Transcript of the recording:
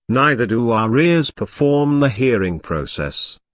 neither do our ears perform the hearing process.